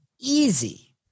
easy